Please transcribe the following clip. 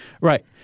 Right